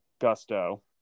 gusto